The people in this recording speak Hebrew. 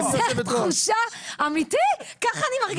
זאת התחושה, אמיתי, ככה אני מרגישה.